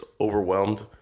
overwhelmed